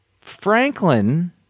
Franklin